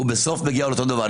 בסוף זה מגיע לאותו דבר.